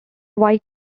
white